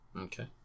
Okay